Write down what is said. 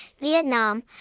Vietnam